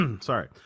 Sorry